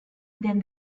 then